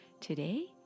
Today